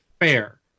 fair